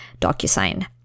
DocuSign